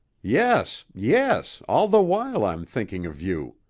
yes, yes all the while i'm thinking of you.